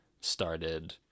started